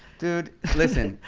dude, listen,